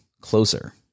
closer